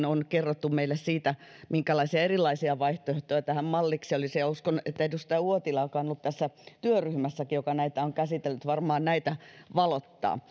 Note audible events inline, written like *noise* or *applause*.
*unintelligible* on kerrottu meille siitä minkälaisia erilaisia vaihtoehtoja tähän malliksi olisi ja uskon että edustaja uotila joka on ollut tässä työryhmässäkin joka näitä on käsitellyt varmaan näitä valottaa *unintelligible*